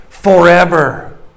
Forever